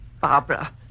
Barbara